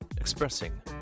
Expressing